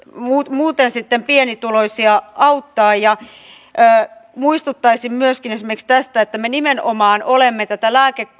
muuten pienituloisia muistuttaisin myöskin esimerkiksi tästä että me nimenomaan olemme tätä